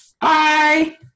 Bye